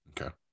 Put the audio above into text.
okay